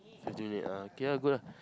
let's doing it uh okay ah go lah